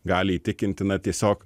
gali įtikinti na tiesiog